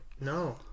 no